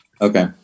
Okay